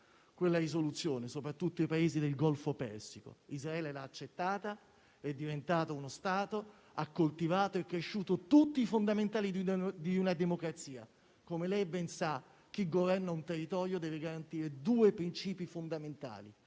quella risoluzione, soprattutto i Paesi del Golfo Persico. Israele l'ha accettata ed è diventato uno Stato, ha coltivato e cresciuto tutti i fondamentali di una democrazia. Come lei ben sa, chi governa un territorio deve garantire due principi fondamentali: